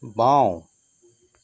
বাওঁ